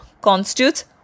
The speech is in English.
constitutes